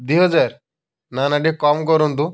ଦୁଇହଜାର ନା ନା ଟିକେ କମ୍ କରନ୍ତୁ